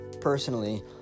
personally